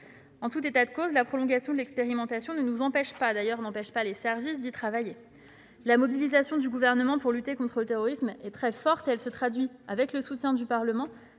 En tout état de cause, la prolongation de l'expérimentation ne nous empêche pas- n'empêche pas nos services -de travailler. La mobilisation du Gouvernement pour lutter contre le terrorisme est très forte. Elle se traduit, avec le soutien du Parlement,